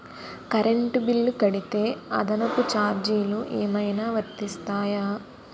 Current bill కడితే అదనపు ఛార్జీలు ఏమైనా వర్తిస్తాయా?